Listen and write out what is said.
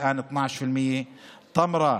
עכשיו 12%; טמרה,